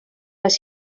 les